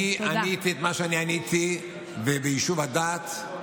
אני עניתי את מה שאני עניתי, ביישוב הדעת.